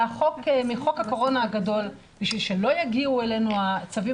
מחוק הקורונה הגדול בשביל שלא יגיעו אלינו הצווים